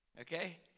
Okay